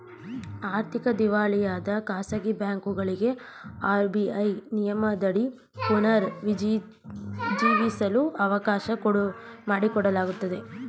ಆರ್ಥಿಕ ದಿವಾಳಿಯಾದ ಖಾಸಗಿ ಬ್ಯಾಂಕುಗಳನ್ನು ಆರ್.ಬಿ.ಐ ನಿಯಮದಡಿ ಪುನರ್ ಜೀವಿಸಲು ಅವಕಾಶ ಮಾಡಿಕೊಡಲಾಗುತ್ತದೆ